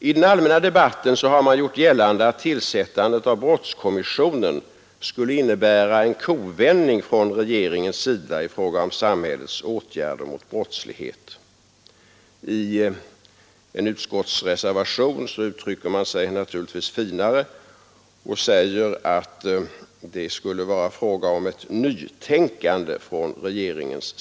I den allmänna debatten har man gjort gällande att tillsättandet av brottskommissionen skulle innebära en kovändning från regeringen i fråga om samhällets åtgärder mot brottslighet. I en utskottsreservation uttrycker man sig naturligtvis finare och säger att det skulle vara fråga om ett nytänkande av regeringen.